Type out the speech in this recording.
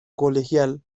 colegial